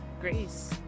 grace